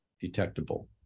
detectable